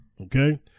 Okay